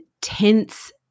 tense